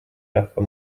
rahva